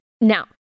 Now